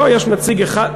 לא, יש נציג אחד.